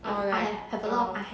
oh ya right